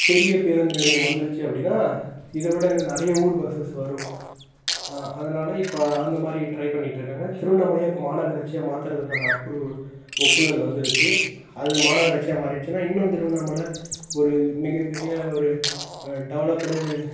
பெரிய பேருந்து நிலையம் வந்துருச்சு அப்படின்னா இதைவிட இன்னும் நிறைய ஊர் பஸ்ஸஸ் வரும் அதனால் இப்போ அந்தமாதிரி ட்ரை பண்ணிட்டு இருக்காங்க திருவண்ணாமலையை இப்போ மாநகராட்சியாக மாத்துறதுக்கான அப்ரூவ் ஒப்புதல் வந்துருச்சு அது மாநகராட்சியாக மாறிடிச்சின்னால் இன்னும் திருவண்ணாமயில ஒரு மிகப்பெரிய ஒரு டெவெலப்டு